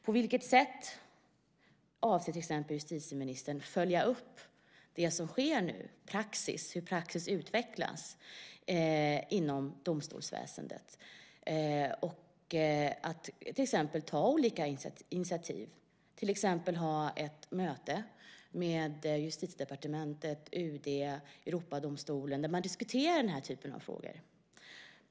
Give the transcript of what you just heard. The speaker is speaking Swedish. På vilket sätt avser till exempel justitieministern att följa upp det som sker och hur praxis utvecklas inom domstolsväsendet genom att ta olika initiativ, till exempel att ha ett möte med Justitiedepartementet, UD och Europadomstolen där man diskuterar denna typ av frågor?